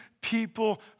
people